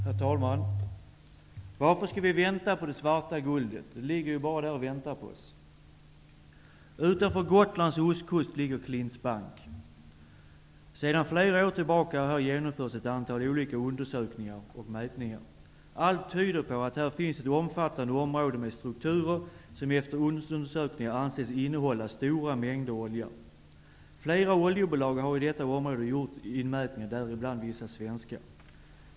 Herr talman! Varför skall vi vänta på det svarta guldet? Det ligger ju bara där och väntar på oss. Utanför Gotlands ostkust ligger Klints bank. Sedan flera år tillbaka har här genomförts ett antal olika undersökningar och mätningar. Allt tyder på att det finns ett omfattande område med strukturer som efter undersökningar anses innehålla stora mängder olja. Flera oljebolag, däribland vissa svenska, har gjort inmätningar i detta område.